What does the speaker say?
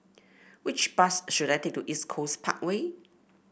which bus should I take to East Coast Parkway